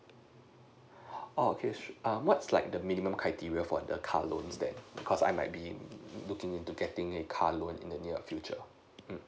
oh okay err what's like the minimum criteria for the car loan that cause I might be looking into getting a car loan in the near future mm